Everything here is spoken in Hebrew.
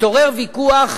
התעורר ויכוח